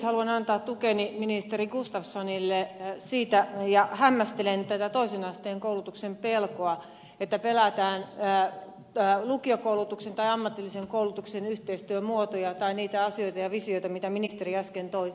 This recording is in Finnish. haluan antaa tukeni ministeri gustafssonille ja hämmästelen tätä toisen asteen koulutuksen pelkoa että pelätään lukiokoulutuksen tai ammatillisen koulutuksen yhteistyön muotoja tai niitä asioita ja visioita mitä ministeri äsken toi esille